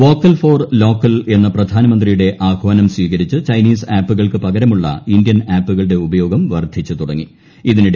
vocal for local എന്ന പ്രധാനമന്ത്രിയുടെ ആഹാനം സ്വീകരിച്ച് ചൈനീസ് ആപ്പുകൾക്ക് പകരമുള്ള ഇന്ത്യൻ ആപ്പുകളുടെ ഉപയോഗം വർദ്ധിച്ചു തുടങ്ങി